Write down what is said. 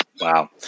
wow